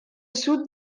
sud